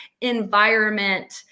environment